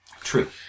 True